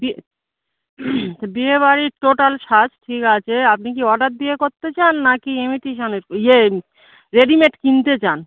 বিয়ে বিয়েবাড়ির টোটাল সাজ ঠিক আছে আপনি কি অর্ডার দিয়ে করতে চান নাকি ইমিটেশান ইয়ে রেডিমেড কিনতে চান